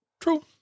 True